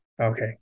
Okay